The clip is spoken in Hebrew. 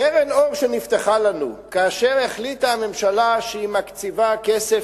קרן אור נפתחה לנו כאשר החליטה הממשלה שהיא מקציבה כסף